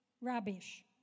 rubbish